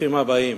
ברוכים הבאים.